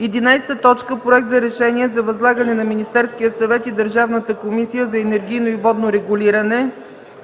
11. Проект за решение за възлагане на Министерския съвет и Държавната комисия за енергийно и водно регулиране